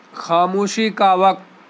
خاموشی کا وقت